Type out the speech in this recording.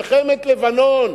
במלחמת לבנון